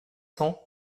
cents